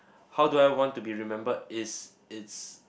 how do I want to be remembered is it's